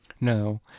No